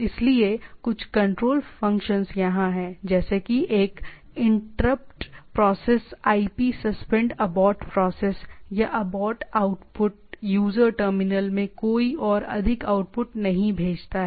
इसलिए कुछ control function यहां हैं जैसे कि एक है interrupt process IP suspend abort process या अबॉर्ट आउटपुट यूजर टर्मिनल में कोई और अधिक आउटपुट नहीं भेजता है